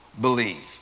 believe